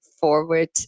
forward